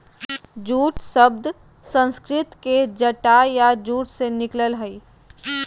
jute शब्द संस्कृत के जटा या जूट से निकलल हइ